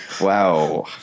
Wow